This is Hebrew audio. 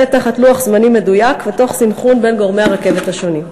תחת לוח זמנים מדויק ותוך סנכרון בין גורמי הרכבת השונים.